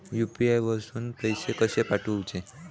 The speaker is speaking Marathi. यू.पी.आय वरसून पैसे कसे पाठवचे?